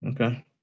Okay